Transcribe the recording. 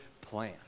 plan